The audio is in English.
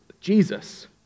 Jesus